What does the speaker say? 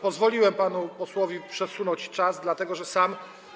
Pozwoliłem panu posłowi przedłużyć czas, dlatego że sam.